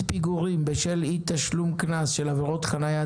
פיגורים בשל אי תשלום קנס על עבירת חניה),